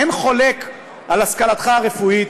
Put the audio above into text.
אין חולק על השכלתך הרפואית,